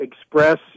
express